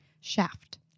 Shaft